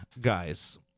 guys